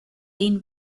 lean